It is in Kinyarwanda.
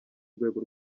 rwego